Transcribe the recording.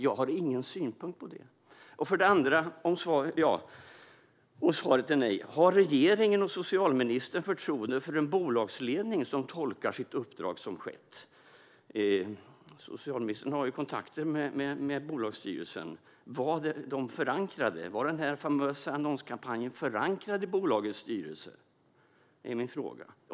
Jag har ingen synpunkt på det. För det andra: Har regeringen och socialministern förtroende för en bolagsledning som tolkar sitt uppdrag på det sätt som skett? Socialministern har ju kontakter med bolagsstyrelsen. Var den här annonskampanjen förankrad i bolagets styrelse?